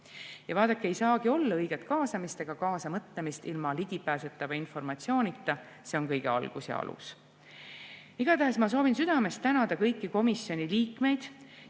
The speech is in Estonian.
Ja vaadake, ei saagi olla õiget kaasamist ega kaasamõtlemist ilma ligipääsetava informatsioonita, see on kõige algus ja alus. Igatahes ma soovin südamest tänada kõiki komisjoni liikmeid